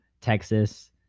Texas